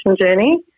journey